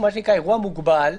מה שנקרא "אירוע מוגבל",